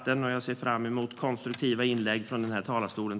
Jag ser fram emot konstruktiva inlägg från talarstolen.